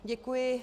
Děkuji.